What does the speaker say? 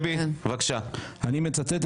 בסיום דבריי אני מצטט